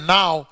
now